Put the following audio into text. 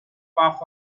puff